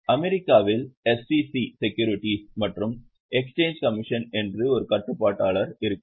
அமெரிக்காவில் S E C securities மற்றும் exchange commission என்று ஒரு கட்டுப்பாட்டாளர் இருக்கிறார்